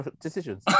decisions